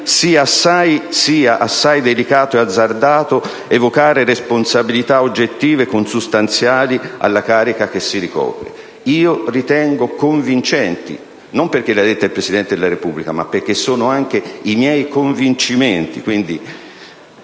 «sia assai delicato e azzardato evocare responsabilità oggettive consustanziali alla carica che si ricopre». Io ritengo convincenti, non perché le abbia dette il Presidente della Repubblica, ma perché sono i miei convincimenti,